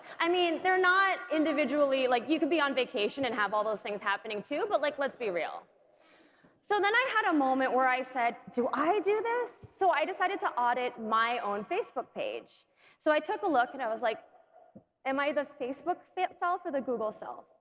i mean they're not individually like you could be on vacation and have all those things happening too but like let's be real so then i had a moment where i said do i do this? so i decided to audit my own facebook page so i took a look and i was like am i the facebook self or the google self?